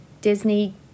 Disney